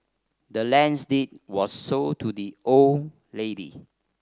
the land's deed was sold to the old lady